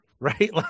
Right